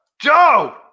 Joe